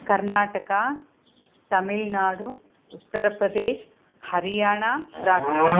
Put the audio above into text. Karnataka Tamil Nadu Uttar Pradesh Haryana Rajasthan